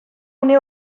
une